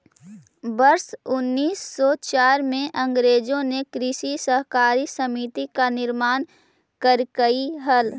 वर्ष उनीस सौ चार में अंग्रेजों ने कृषि सहकारी समिति का निर्माण करकई हल